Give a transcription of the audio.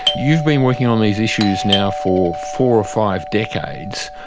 you've been working on these issues now for four five decades,